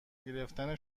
گرفتن